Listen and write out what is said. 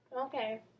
Okay